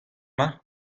mañ